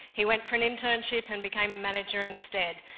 he went for an internship and became a manager instead.